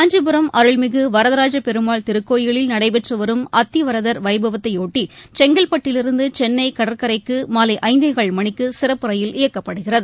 காஞ்சிபுரம் அருள்மிகு வரதராஜ பெருமாள் திருக்கோயிலில் நடைபெற்று வரும் அத்திவரதர் வைபவத்தையொட்டி செங்கல்பட்டில் இருந்து சென்னை கடற்கரைக்கு மாலை ஐந்தேகால் மணிக்கு சிறப்பு ரயில் இயக்கப்படுகிறது